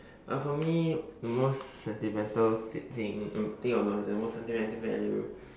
uh for me the most sentimental thing the thing that has the most sentimental value